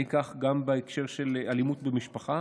יהיה כך גם בהקשר של אלימות במשפחה.